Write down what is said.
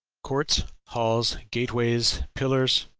courts, halls, gate-ways, pillars,